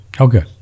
Okay